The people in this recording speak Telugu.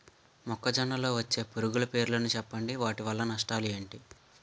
మొక్కజొన్న లో వచ్చే పురుగుల పేర్లను చెప్పండి? వాటి వల్ల నష్టాలు ఎంటి?